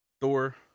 thor